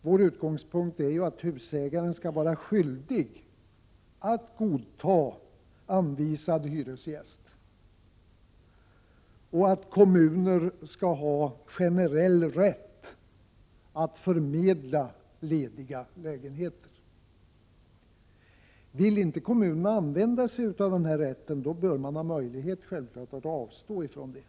Vår utgångspunkt är att husägaren skall vara skyldig att godta anvisad hyresgäst och att kommuner skall ha en generell rätt att förmedla lediga lägenheter. Vill inte kommunerna använda sig av denna rätt bör de självfallet ha möjlighet att avstå från den.